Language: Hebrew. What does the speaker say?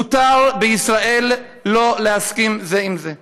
מותר בישראל שלא להסכים זה עם זה,